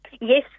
Yes